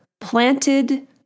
Planted